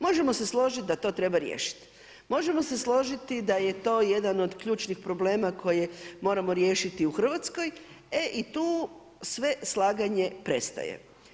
Možemo se složiti da to treba riješiti, možemo se složiti da je to jedan od ključnih problema koje moramo riješiti u Hrvatskoj e i tu sve slaganje prestaje.